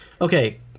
Okay